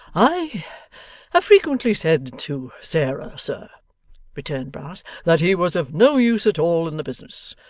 i have frequently said to sarah, sir returned brass, that he was of no use at all in the business.